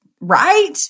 right